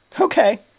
okay